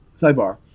Sidebar